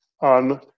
on